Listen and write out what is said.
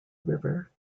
river